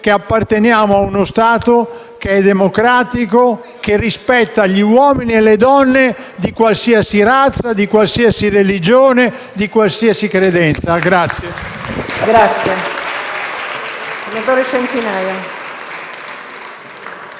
che apparteniamo ad uno Stato democratico, che rispetta gli uomini e le donne di qualsiasi razza, di qualsiasi religione e di qualsiasi credenza. *(Applausi